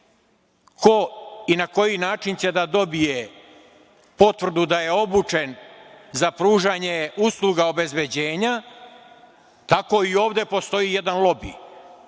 ko i na koji način će da dobije potvrdu da je obučen za pružanje usluga obezbeđenja, tako i ovde postoji jedan lobi.